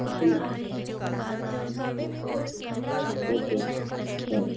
ठीक है okay okay thanks